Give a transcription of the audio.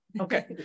Okay